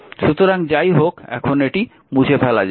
সুতরাং যাইহোক এখন এটি মুছে ফেলা যাক